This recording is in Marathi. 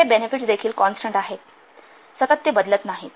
हे बेनेफिट्स देखील कॉन्स्टन्ट आहेत सतत ते बदलत नाहीत